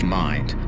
mind